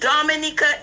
Dominica